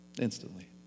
instantly